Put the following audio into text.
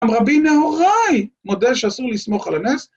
רבי נהוראי, מודה שאסור לסמוך על הנס.